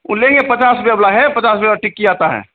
वह लेंगे पचास रुपये वाला है पचास रुपये वाली टिक्की आती है